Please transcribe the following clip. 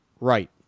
right